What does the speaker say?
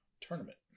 tournament